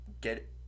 get